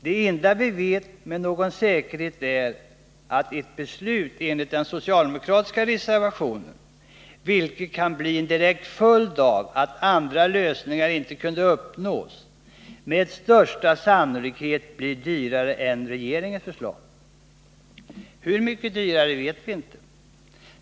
Det enda vi vet med någon säkerhet är att ett beslut enligt den socialdemokratiska reservationen — vilket kan bli en direkt följd av att andra lösningar inte kunde uppnås — med största sannolikhet blir dyrare än ett beslut enligt regeringens förslag. Hur mycket dyrare vet vi inte.